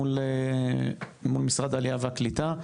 מול משרד העלייה והקליטה.